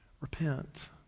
Repent